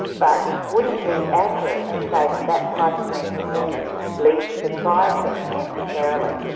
but it wouldn't be accurate to say that that type of mental illness leads to fire-setting necessarily.